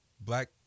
black